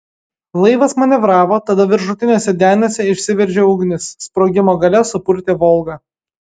laivas manevravo tada viršutiniuose deniuose išsiveržė ugnis sprogimo galia supurtė volgą